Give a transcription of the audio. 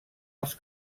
als